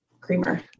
creamer